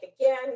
again